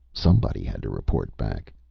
somebody had to report back.